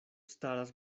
staras